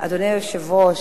אדוני היושב-ראש,